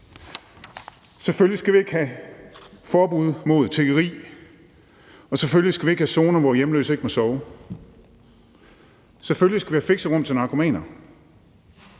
Selvfølgelig skal vi ikke have forbud mod tiggeri, og selvfølgelig skal vi ikke have zoner, hvor hjemløse ikke må sove. Selvfølgelig skal vi have fixerum til narkomaner.